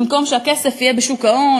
במקום שהכסף יהיה בשוק ההון,